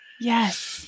yes